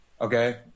okay